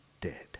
dead